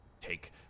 take